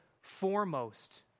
foremost